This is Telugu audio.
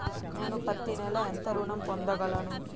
నేను పత్తి నెల ఎంత ఋణం పొందగలను?